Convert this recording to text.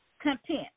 content